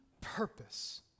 purpose